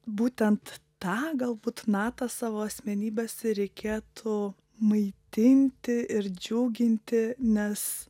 būtent tą galbūt natą savo asmenybės ir reikėtų maitinti ir džiuginti nes